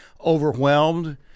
overwhelmed